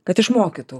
kad išmokytų